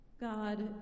God